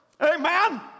amen